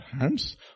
hands